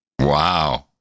Wow